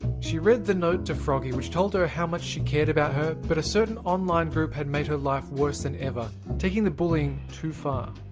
she read the note to froggy, which told her how much she cared about her, but a certain online group had made her life worse than ever, taking the bullying too far.